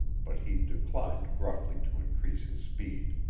but he declined gruffly to increase his speed.